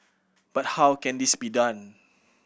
but how can this be done